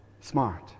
smart